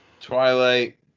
Twilight